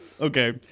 okay